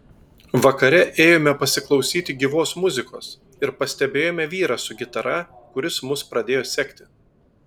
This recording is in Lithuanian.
vakare ėjome pasiklausyti gyvos muzikos ir pastebėjome vyrą su gitara kuris mus pradėjo sekti